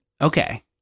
okay